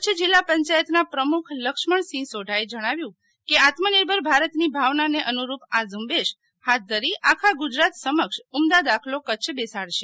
કચ્છ જીલ્લા પંચાયતના પ્રમુખ લક્ષ્મણ સિંફ સોઢાએ જણાવ્યું કે આત્મનિર્ભર ભારત ની ભાવના ને અનુરૂપ આ ઝુંબેશ ફાથ ધરી આખા ગુજરાત સમક્ષ ઉમદા દાખલો કચ્છ બેસાડશે